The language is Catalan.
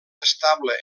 estable